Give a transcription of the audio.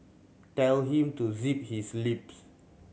tell him to zip his lip